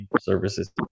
services